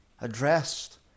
addressed